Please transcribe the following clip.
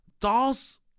Dolls